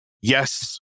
Yes